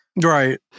Right